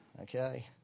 Okay